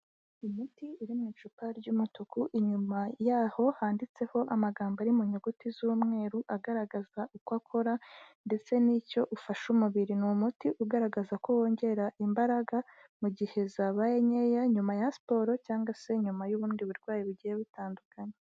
Umiti uri mu icupa ry'umutuku, inyuma y'aho handitseho amagambo ari mu nyuguti z'umweru agaragaza uko akora ndetse n'icyo ufasha umubiri, ni umuti ugaragaza ko wongera imbaraga mu gihe zabaye nkeya nyuma ya siporo cyangwa se nyuma y'ubundi burwayi bugiye butandukanye.